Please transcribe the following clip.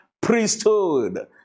priesthood